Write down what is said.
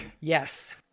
Yes